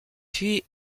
puis